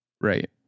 Right